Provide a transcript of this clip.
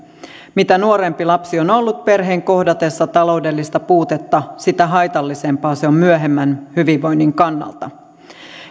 mitä nuorempi lapsi on ollut perheen kohdatessa taloudellista puutetta sitä haitallisempaa se on myöhemmän hyvinvoinnin kannalta